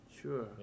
Sure